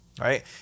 right